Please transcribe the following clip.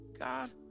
God